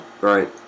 Right